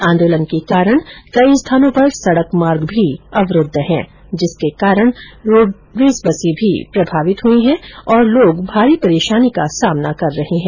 आंदोलन के कारण कई स्थानों पर सड़क मार्ग भी अवरूद्व है जिसके कारण सैंकडों रोडवेज बसें भी प्रभावित हई हैं जिससे लोग भारी परेषानी का सामना कर रहे हैं